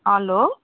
hello